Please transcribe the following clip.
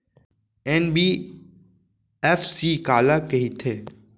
NBFC काला कहिथे?